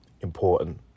important